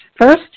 First